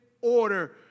order